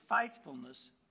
faithfulness